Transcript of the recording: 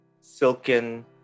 silken